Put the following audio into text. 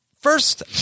First